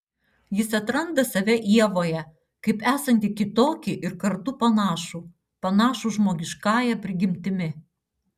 jis atranda save ievoje kaip esantį kitokį ir kartu panašų panašų žmogiškąja prigimtimi